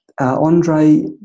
Andre